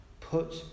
Put